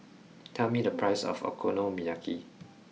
tell me the price of Okonomiyaki